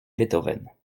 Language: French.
beethoven